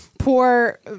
Poor